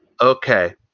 Okay